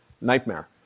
nightmare